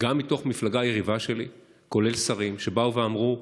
גם מתוך מפלגה יריבה שלי, כולל שרים, שבאו ואמרו: